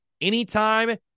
anytime